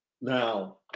Now